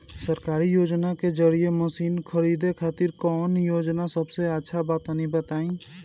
सरकारी योजना के जरिए मशीन खरीदे खातिर कौन योजना सबसे अच्छा बा तनि बताई?